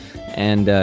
and,